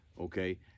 okay